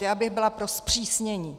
Já bych byla pro zpřísnění.